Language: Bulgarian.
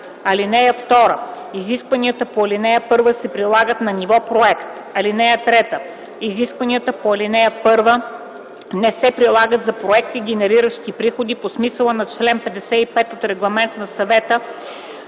(2) Изискванията по ал. 1 се прилага на ниво проект. (3) Изискванията по ал. 1 не се прилагат за „проекти, генериращи приходи" по смисъла на чл. 55 от Регламент на Съвета